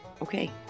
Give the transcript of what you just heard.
Okay